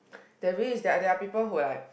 there is there are there are people who like